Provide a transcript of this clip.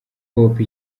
popo